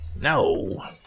No